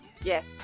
Yes